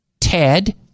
Ted